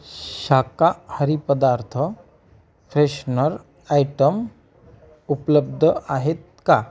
शाकाहारी पदार्थ freshener item उपलब्ध आहेत का